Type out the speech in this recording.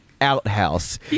outhouse